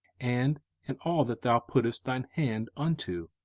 and in all that thou puttest thine hand unto.